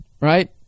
right